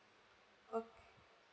okay